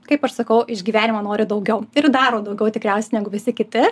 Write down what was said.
kaip aš sakau iš gyvenimo nori daugiau ir daro daugiau tikriausiai negu visi kiti